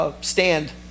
Stand